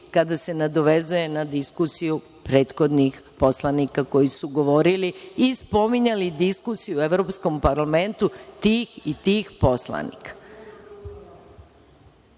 kada se nadovezuje na diskusiju prethodnih poslanika koji su govorili i spominjali diskusiju u Evropskom parlamentu tih i tih poslanika. To